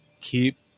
keep